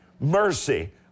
mercy